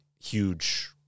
huge